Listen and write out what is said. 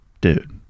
dude